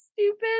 stupid